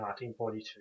1942